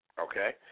okay